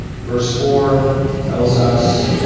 verse four tells us